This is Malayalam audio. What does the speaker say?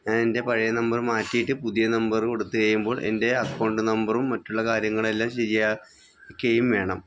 എൻ്റെ പഴയ നമ്പർ മാറ്റിയിട്ട് പുതിയ നമ്പർ കൊടുത്ത് കഴിയുമ്പോൾ എൻ്റെ അക്കൗണ്ട് നമ്പറും മറ്റുള്ള കാര്യങ്ങളെല്ലാം ശരിയാ ക്കുകയും വേണം